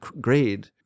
grade